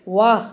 ವಾಹ್